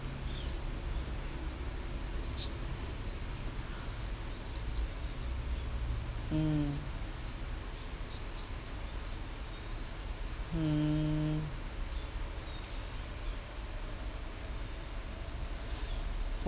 mm mm